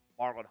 Marlon